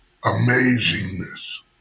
amazingness